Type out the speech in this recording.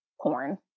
porn